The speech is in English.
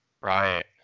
Right